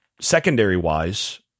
secondary-wise